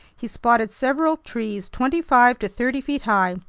he spotted several trees twenty-five to thirty feet high,